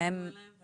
הם